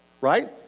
right